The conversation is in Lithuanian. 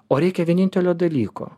o reikia vienintelio dalyko